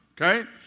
okay